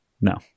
No